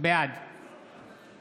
בעד